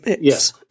yes